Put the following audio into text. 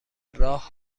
راه